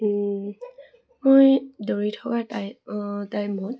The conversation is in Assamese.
মই দৌৰি থকা টাই টাইমত